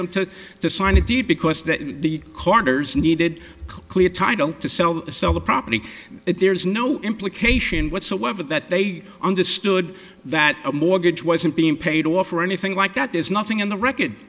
them to sign it did because the carters needed a clear title to sell the property if there's no implication whatsoever that they understood that a mortgage wasn't being paid off or anything like that there's nothing in the record